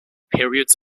periods